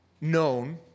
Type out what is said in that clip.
known